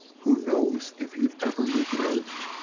who knows if you'd ever make it out!